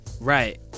Right